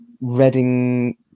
Reading